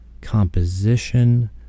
composition